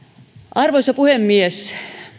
arvoisa puhemies